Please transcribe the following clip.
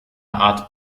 art